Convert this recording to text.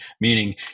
meaning